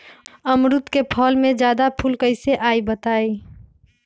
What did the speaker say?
अमरुद क फल म जादा फूल कईसे आई बताई?